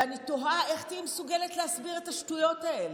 ואני תוהה איך תהיי מסוגלת להסביר את השטויות האלה.